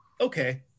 Okay